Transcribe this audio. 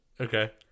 Okay